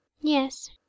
Yes